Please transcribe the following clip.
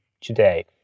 today